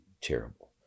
terrible